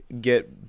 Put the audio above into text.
get